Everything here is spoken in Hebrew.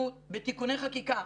אנחנו בתיקוני חקיקה.